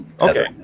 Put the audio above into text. Okay